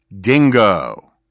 dingo